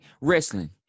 wrestling